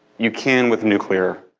you can with nuclear.